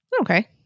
Okay